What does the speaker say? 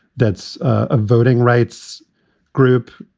that's a voting rights group.